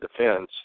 defense